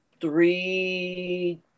three